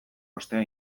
ostea